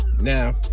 Now